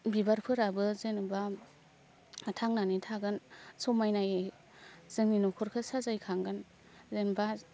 बिबारफोराबो जेन'बा थांनानै थागोन समायनायै जोंनि न'खरखौ साजायखांगोन जेनेबा